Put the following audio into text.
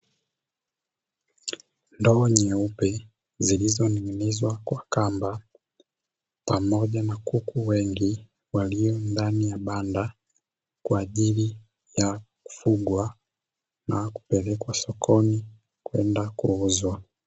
Ndoo nyeupe zilizo ninginizwa kwa kamba pamoja na kuku wengi walio ndani ya banda, kwa ajili ya kufugwa na kupelekwa sokoni kwenda kuuzwa.